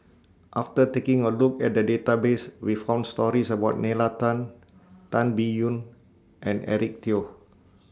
after taking A Look At The Database We found stories about Nalla Tan Tan Biyun and Eric Teo